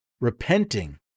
repenting